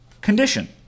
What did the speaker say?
condition